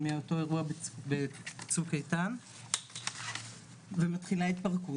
מאותו אירוע בצוק איתן ומתחילה התפרקות,